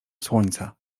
słońca